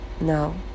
now